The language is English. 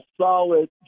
solid